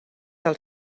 del